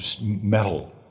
metal